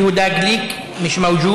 חבר הכנסת יהודה גליק, מיש מווג'וד.